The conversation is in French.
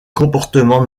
comportements